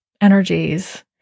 energies